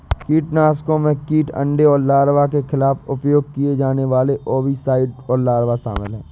कीटनाशकों में कीट अंडे और लार्वा के खिलाफ उपयोग किए जाने वाले ओविसाइड और लार्वा शामिल हैं